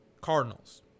Cardinals